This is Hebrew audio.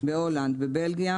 בהולנד ובלגיה